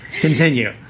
Continue